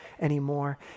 anymore